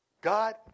God